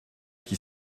qui